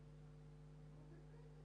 הפרטית,